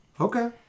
Okay